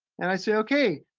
and i say, okay,